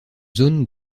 zone